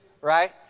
right